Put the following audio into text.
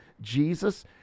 jesus